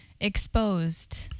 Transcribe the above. exposed